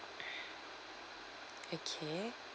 okay